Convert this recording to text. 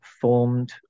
formed